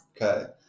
Okay